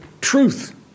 truth